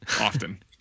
Often